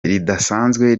ridasanzwe